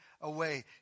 away